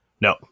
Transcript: No